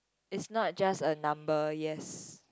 it's not just a number yes